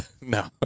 No